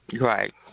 Right